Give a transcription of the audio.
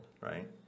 right